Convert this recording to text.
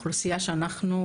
שאנחנו,